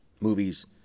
Movies